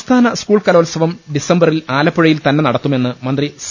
സംസ്ഥാന സ്കൂൾ കലോ ത്സവം ഡിസംബറിൽ ആലപ്പുഴയിൽ തന്നെ നടത്തുമെന്ന് മന്ത്രി സി